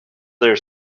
their